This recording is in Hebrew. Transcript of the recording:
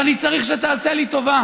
אני צריך שתעשה לי טובה.